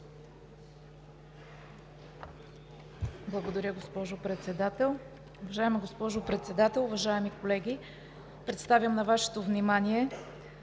Благодаря, госпожо Председател. Уважаема госпожо Председател, уважаеми колеги! Представям на Вашето внимание